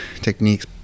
Techniques